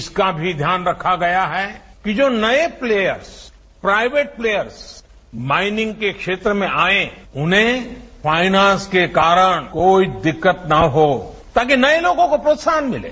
इसका भी ध्यान रखा गया है कि जो नये प्लेयर्स प्राइवेट प्लेयर्स माइनिंग के क्षेत्र में आए हैं उन्हें फाइनेंस के कारण कोई दिक्कत ना हो उसका भी ध्यान रखा गया है ताकि नए लोगों को प्रोत्साहन मिले